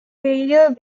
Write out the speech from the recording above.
radio